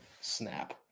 snap